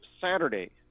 Saturday